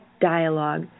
dialogue